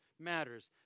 matters